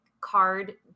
card